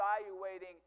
evaluating